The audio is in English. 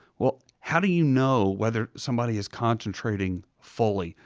well, how do you know whether somebody is concentrating fully?